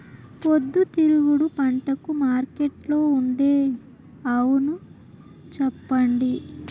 పొద్దుతిరుగుడు పంటకు మార్కెట్లో ఉండే అవును చెప్పండి?